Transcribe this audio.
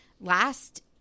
last